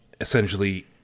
essentially